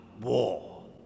war